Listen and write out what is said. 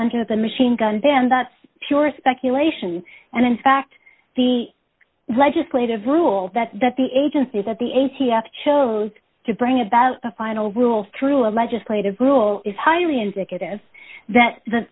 under the machine gun ban that's pure speculation and in fact the legislative rule that that the agency that the a t f chose to bring about a final rule through a legislative rule is highly indicative that the